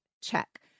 check